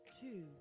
two